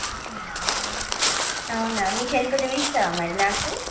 అవునా మీ చెల్లికి చూపిస్తావా మరి నాకు